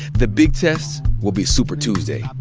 the bit test will be super tuesday.